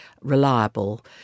reliable